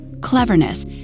cleverness